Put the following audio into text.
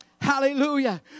hallelujah